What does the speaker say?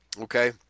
Okay